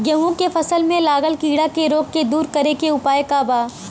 गेहूँ के फसल में लागल कीड़ा के रोग के दूर करे के उपाय का बा?